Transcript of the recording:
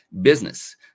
business